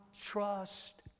trust